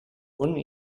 punt